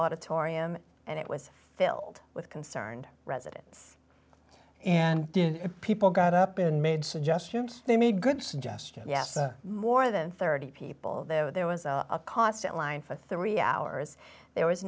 auditorium and it was filled with concerned residents and people got up and made suggestions they made good suggestions yes more than thirty people there were there was a constant line for three hours there was